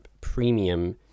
premium